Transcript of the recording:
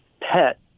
pet